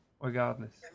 regardless